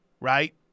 right